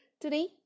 Today